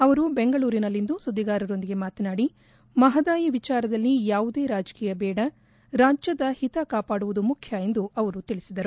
ಅವರು ಬೆಂಗಳೂರಿನಲ್ಲಿಂದು ಸುದ್ದಿಗಾರರೊಂದಿಗೆ ಮಾತನಾಡಿ ಮಹದಾಯಿ ವಿಚಾರದಲ್ಲಿ ಯಾವುದೇ ರಾಜಕೀಯ ಬೇಡ ರಾಜ್ಯದ ಹಿತ ಕಾಪಾಡುವುದು ಮುಖ್ಯ ಎಂದು ಅವರು ತಿಳಿಸಿದರು